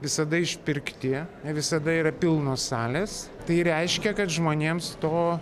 visada išpirkti ne visada yra pilnos salės tai reiškia kad žmonėms to